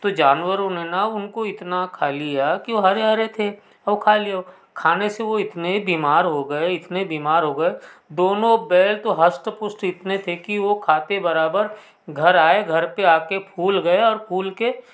तो जानवरों ने ना उनको इतना खा लिया कि वो हरे हरे थे वो खा लियो खाने से वो इतने बीमार हो गए इतने बीमार हो गए दोनों बैल तो हष्ट पुष्ट इतने थे कि वो खाते बराबर घर आए घर पर आ कर फूल गए और फूल के